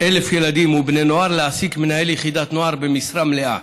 1,000 ילדים ובני נוער להעסיק מנהל יחידת נוער במשרה מלאה